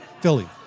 Philly